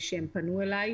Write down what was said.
להם,